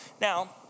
Now